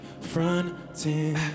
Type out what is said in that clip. fronting